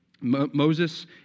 Moses